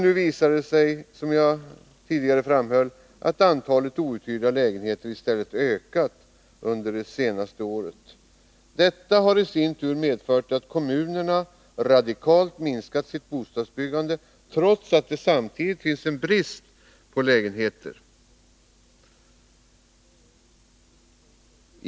Nu visar det sig, som jag tidigare framhöll, att antalet outhyrda lägenheter i stället ökat under det senaste året. Detta har i sin tur medfört att kommunerna radikalt minskat sitt bostadsbyggande, trots att det samtidigt finns en brist på lägenheter.